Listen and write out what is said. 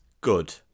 Good